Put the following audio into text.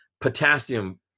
potassium